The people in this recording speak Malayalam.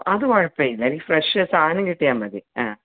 അത് കുഴപ്പമില്ല എനിക്ക് ഫ്രഷ് സാധനം കിട്ടിയാൽ മതി ആ